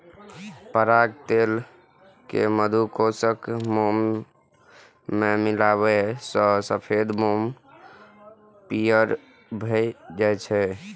पराग तेल कें मधुकोशक मोम मे मिलाबै सं सफेद मोम पीयर भए जाइ छै